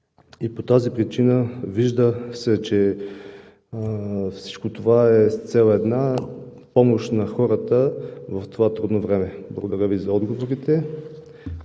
и по тази причина се вижда, че всичко това е с една цел – помощ на хората в това трудно време. Благодаря Ви за отговорите,